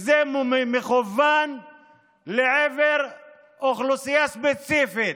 זה מכוון לעבר אוכלוסייה ספציפית.